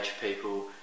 people